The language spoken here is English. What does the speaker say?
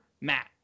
Matt